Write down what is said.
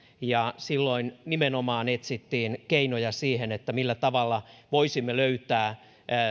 ja silloin nimenomaan etsittiin keinoja siihen millä tavalla voisimme löytää